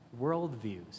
worldviews